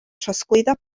trosglwyddo